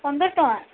ପନ୍ଦର ଟଙ୍କା